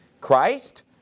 Christ